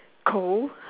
cold